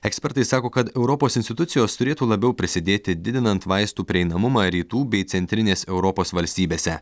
ekspertai sako kad europos institucijos turėtų labiau prisidėti didinant vaistų prieinamumą rytų bei centrinės europos valstybėse